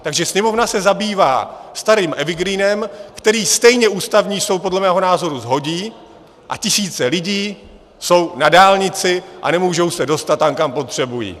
Takže Sněmovna se zabývá starým evergreenem, který stejně Ústavní soud podle mého názoru shodí, a tisíce lidí jsou na dálnici a nemůžou se dostat tam, kam potřebují.